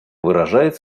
выражает